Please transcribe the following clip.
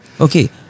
Okay